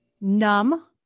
Numb